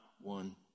one